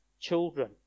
children